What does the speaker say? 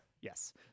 Yes